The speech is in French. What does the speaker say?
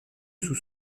sous